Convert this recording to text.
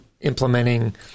implementing